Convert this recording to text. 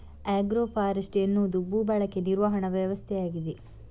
agro forestry ಎನ್ನುವುದು ಭೂ ಬಳಕೆ ನಿರ್ವಹಣಾ ವ್ಯವಸ್ಥೆಯಾಗಿದೆ